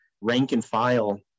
rank-and-file